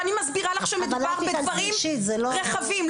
ואני מסבירה לך שמדובר בדברים רחבים.